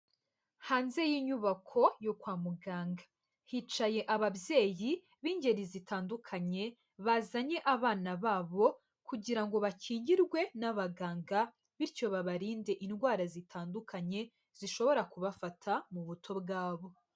Hanze y'inyubako yo kwa muganga, hicaye ababyeyi b'ingeri zitandukanye, bazanye abana babo kugira ngo bakingirwe n'abaganga bityo babarinde indwara zitandukanye, zishobora kubafata mu buto bwabo.